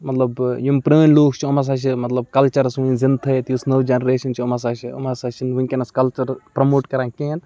مطلب یِم پرٛٲنۍ لُکھ چھِ یِم ہَسا چھِ مطلب کَلچَرَس وُںہِ زِندٕ تھٔیِتھ یُس نٔو جَنریشَن چھِ یِم ہَسا چھِ یِم ہسا چھِنہٕ ؤنکٮ۪نَس کَلچَر پرٛموٹ کَران کِہیٖنۍ